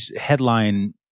headline